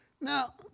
Now